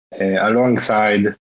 alongside